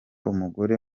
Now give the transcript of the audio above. umugore